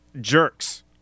jerks